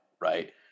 right